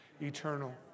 Eternal